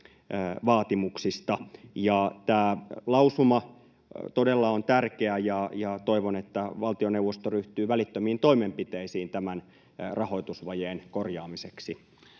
Tämä lausuma todella on tärkeä, ja toivon, että valtioneuvosto ryhtyy välittömiin toimenpiteisiin tämän rahoitusvajeen korjaamiseksi.